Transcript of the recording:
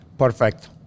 Perfect